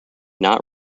not